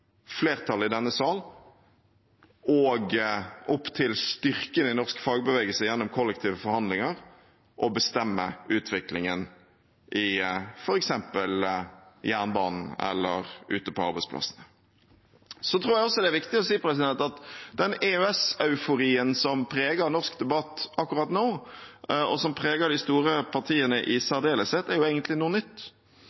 flertallet i denne sal og opp til styrken i norsk fagbevegelse gjennom kollektive forhandlinger å bestemme utviklingen i f.eks. jernbanen eller ute på arbeidsplassene. Så tror jeg også det er viktig å si at den EØS-euforien som preger norsk debatt akkurat nå, og som preger de store partiene i